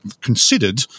considered